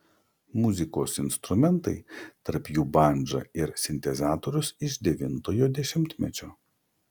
muzikos instrumentai tarp jų bandža ir sintezatorius iš devintojo dešimtmečio